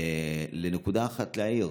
נקודה אחת להעיר: